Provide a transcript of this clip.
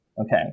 Okay